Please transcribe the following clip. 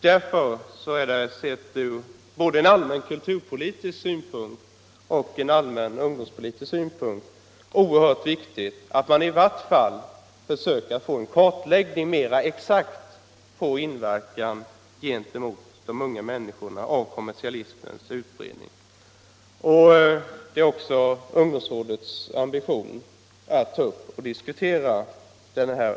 Därför är det sett ur både allmän kulturpolitisk synpunkt och ur allmän ungdomspolitisk synpunkt oerhört viktigt att få en mera exakt kartläggning av den inverkan på de unga människorna som kommersialismens utbredning kan ha. Det är också ungdomsrådets ambition att ta upp den frågan till diskussion.